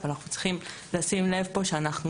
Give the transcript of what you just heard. אבל אנחנו צריכים לשים לב פה שאנחנו